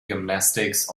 gymnastics